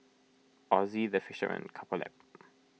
Ozi the Face Shop and Couple Lab